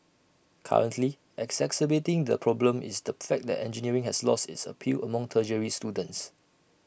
currently exacerbating the problem is the fact that engineering has lost its appeal among tertiary students